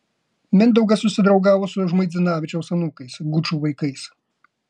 mindaugas susidraugavo su žmuidzinavičiaus anūkais gučų vaikais